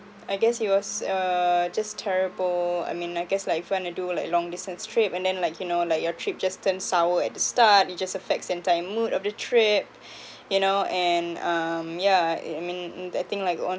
I guess it was uh just terrible I mean I guess like if you want to do like long distance trip and then like you know like your trip just turns sour at the start it just affects entire mood of the trip you know and um yeah it I mean that thing like go on